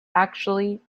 actually